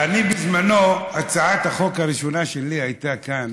בזמנו, הצעת החוק הראשונה שלי כאן